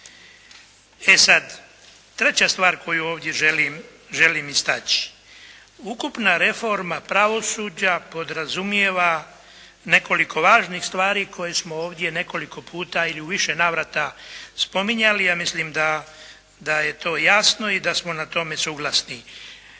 E sada, treća stvar koju ovdje želim istaći. Ukupna reforma pravosuđa podrazumijeva nekoliko važnih stvari koje smo ovdje nekoliko puta ili u više navrata spominjali. Ja mislim da je to jasno i da smo na tome suglasnost.